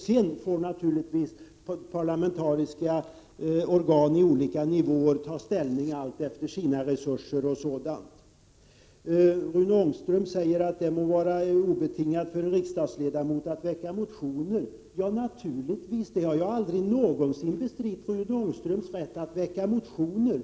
Sedan får naturligtvis parlamentariska organ på olika nivåer ta ställning alltefter sina resurser osv. Rune Ångström säger att det må vara en riksdagsledamot obetaget att väcka motioner. Ja, naturligtvis! Jag har aldrig någonsin bestridit Rune Ångströms rätt att väcka motioner.